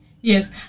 Yes